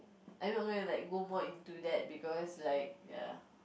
I'm not gonna like go more into that because like ya